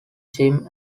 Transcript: jim